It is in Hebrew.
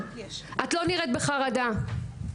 'את לא נראית בחרדה',